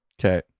Okay